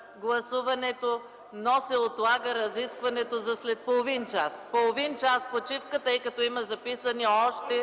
гласуването. Но се отлага разискването за след половин час. Половин час почивка, тъй като има записани още